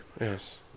Yes